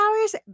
hours